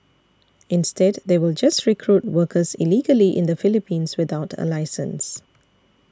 instead they will just recruit workers illegally in the Philippines without a licence